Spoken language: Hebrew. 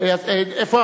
אילן גילאון,